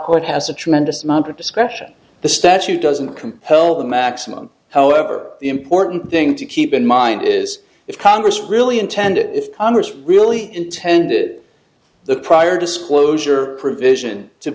court has a tremendous amount of discretion the statute doesn't compel the maximum however the important thing to keep in mind is if congress really intended if congress really intended the prior disclosure provision to